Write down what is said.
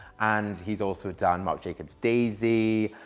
and he's also done marc jacobs daisy,